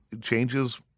changes